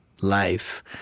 life